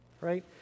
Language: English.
right